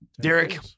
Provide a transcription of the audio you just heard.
Derek